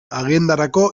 agendarako